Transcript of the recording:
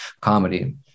comedy